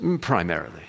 primarily